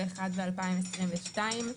2022,